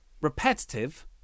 repetitive